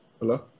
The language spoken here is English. Hello